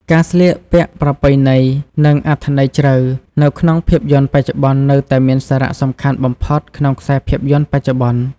ការស្លៀកពាក់ប្រពៃណី និងអត្ថន័យជ្រៅ នៅក្នុងភាពយន្តបច្ចុប្បន្ននៅតែមានសារៈសំខាន់បំផុតក្នុងខ្សែភាពយន្តបច្ចុប្បន្ន។